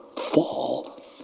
fall